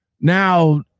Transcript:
Now